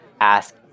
ask